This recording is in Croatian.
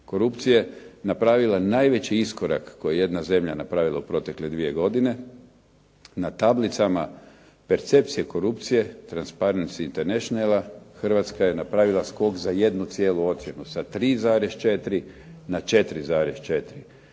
korupcije, napravila najveći iskorak koji je jedna zemlja napravila u protekle dvije godine na tablicama percepcije korupcije "Transparency internationala" Hrvatska je napravila skok za jednu cijelu ocjenu, sa 3,4 na 4,4.